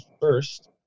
first